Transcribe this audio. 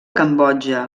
cambodja